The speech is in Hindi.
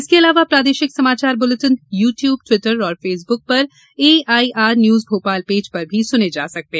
इसके अलावा प्रादेशिक समाचार बुलेटिन यू ट्यूब टिवटर और फेसबुक पर एआईआर न्यूज भोपाल पेज पर सुने जा सकते हैं